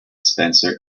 spencer